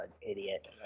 idiot